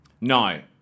No